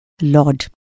Lord